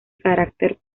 carácter